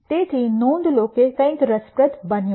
તેથી નોંધ લો કે કંઈક રસપ્રદ બન્યું છે